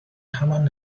همان